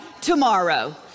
tomorrow